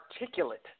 articulate